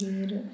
मागीर